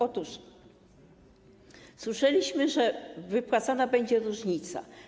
Otóż słyszeliśmy, że wypłacana będzie różnica.